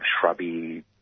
shrubby